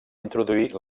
introduir